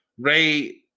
Ray